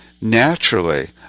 naturally